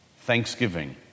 thanksgiving